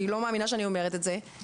אני לא מאמינה שאני אומרת את זה,